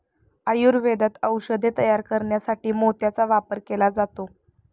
आयुर्वेदात औषधे तयार करण्यासाठी मोत्याचा वापर केला जातो